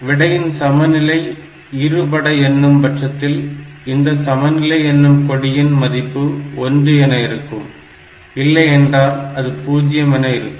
விடையின் சமநிலை இரு படை என்னும் பட்சத்தில் இந்தக் சமநிலை என்னும் கொடியின் மதிப்பு ஒன்று என இருக்கும் இல்லையென்றால் அது பூஜ்ஜியம் என இருக்கும்